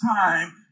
time